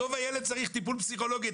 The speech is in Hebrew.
הילד זקוק לטיפול פסיכולוגי,